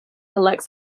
elects